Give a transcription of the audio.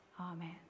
Amen